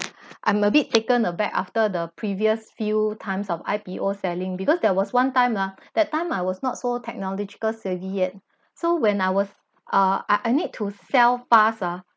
I'm a bit taken aback after the previous few times of I_P_O_ selling because there was one time ah that time I was not so technological savvy yet so when I was err I I need to sell fast ah